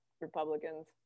republicans